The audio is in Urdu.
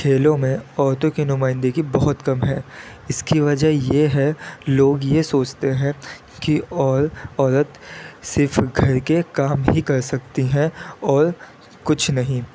کھیلوں میں عورتوں کی نمائندگی بہت کم ہے اس کی وجہ یہ ہے لوگ یہ سوچتے ہیں کہ اور عورت صرف گھر کے کام ہی کر سکتی ہیں اور کچھ نہیں